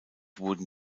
wurden